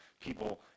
people